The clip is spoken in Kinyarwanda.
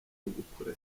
gukura